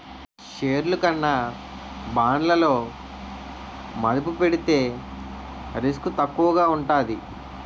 షేర్లు కన్నా బాండ్లలో మదుపు పెడితే రిస్క్ తక్కువగా ఉంటాది